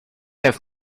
have